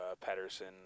Patterson